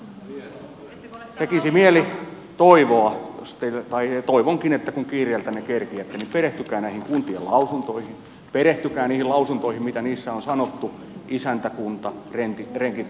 tekisi mieli toivoa ja toivonkin että kun kiireiltänne kerkiätte niin perehtykää näihin kuntien lausuntoihin perehtykää niihin lausuntoihin mitä niissä on sanottu isäntäkuntarenkikunta mallista